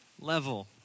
Level